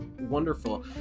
wonderful